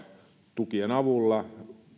tukien avulla